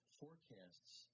forecasts